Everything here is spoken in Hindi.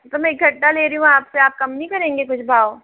तो में एकट्ठा ले रही हूँ आपसे आप कम नहीं करेंगे कुछ भाव